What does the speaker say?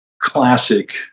classic